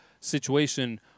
situation